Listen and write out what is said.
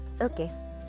Okay